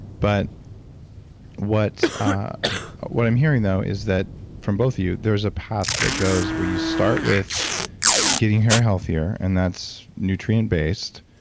but what ah what i'm hearing though is that, from both of you, there's a path that goes where you start with getting hair healthier and that's nutrient-based,